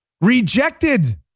rejected